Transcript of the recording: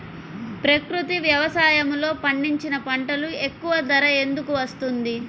ప్రకృతి వ్యవసాయములో పండించిన పంటలకు ఎక్కువ ధర ఎందుకు వస్తుంది?